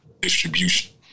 distribution